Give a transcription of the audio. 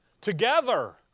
Together